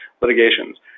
litigations